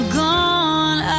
gone